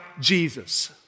Jesus